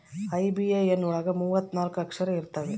IBAN ಒಳಗ ಮೂವತ್ತು ನಾಲ್ಕ ಅಕ್ಷರ ಇರ್ತವಾ